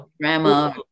grandma